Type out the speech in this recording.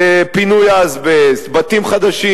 פינוי אזבסט, בתים חדשים.